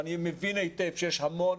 ואני מבין היטב שיש המון